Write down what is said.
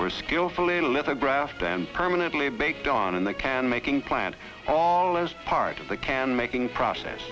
or skillfully lithograph them permanently baked on in the can making plant all as part of the can making process